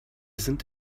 sind